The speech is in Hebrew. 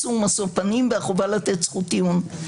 איסור משוא פנים והחובה לתת זכות טיעון.